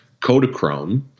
Kodachrome